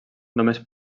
només